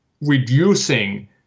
reducing